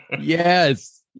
Yes